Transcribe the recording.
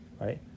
Right